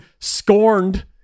scorned